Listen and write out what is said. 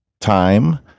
time